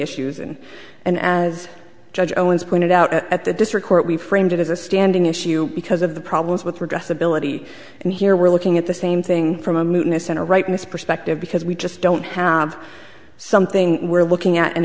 issues and and as judge owens pointed out at the district court we framed it as a standing issue because of the problems with progress ability and here we're looking at the same thing from a moon a center right in this perspective because we just don't have something we're looking at and